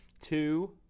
two